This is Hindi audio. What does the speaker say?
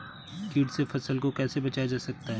कीट से फसल को कैसे बचाया जाता हैं?